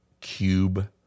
cube